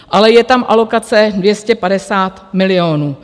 Ale je tam alokace 250 milionů.